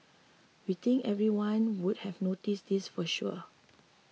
we think everyone would have noticed this for sure